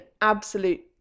absolute